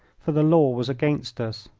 for the law was against us.